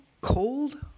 cold